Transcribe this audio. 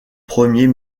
premiers